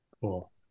Cool